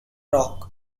rock